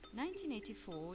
1984